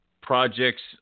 projects